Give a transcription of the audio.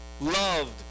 Loved